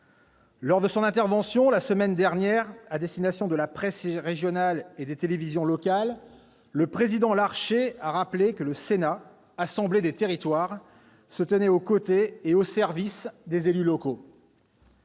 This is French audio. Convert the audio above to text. a prononcée la semaine dernière à destination de la presse régionale et des télévisions locales, le président Gérard Larcher a rappelé que le Sénat, « assemblée des territoires », se tenait aux côtés et au service des élus locaux.